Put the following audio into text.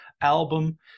album